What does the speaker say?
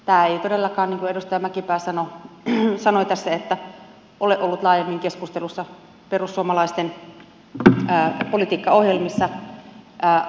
tämä ei todellakaan niin kuin edustaja mäkipää sanoi tässä ole ollut laajemmin keskustelussa perussuomalaisten politiikkaohjelmissa